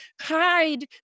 hide